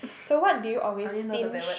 so what do you always stinge